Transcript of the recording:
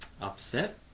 upset